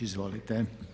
Izvolite.